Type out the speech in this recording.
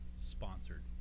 sponsored